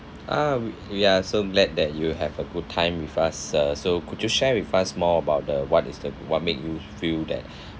ah we we are so glad that you have a good time with us uh so could you share with us more about the what is the what made you feel that